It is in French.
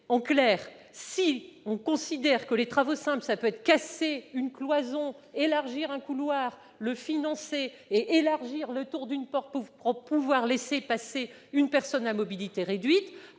Si l'on considère que des travaux simples, c'est casser une cloison, élargir un couloir, agrandir le tour d'une porte pour pouvoir laisser passer une personne à mobilité réduite